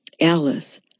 Alice